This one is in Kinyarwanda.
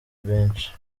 benshi